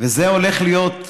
זה הולך להיות,